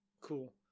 cool